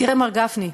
תראה, מר גפני,